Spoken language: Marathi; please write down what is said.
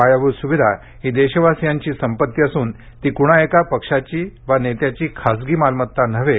पायाभूत स्विधा ही देशवासीयांची संपती असून ती कृणा एका पक्षाची वा नेत्याची खाजगी मालमता नव्हे